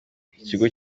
ikigo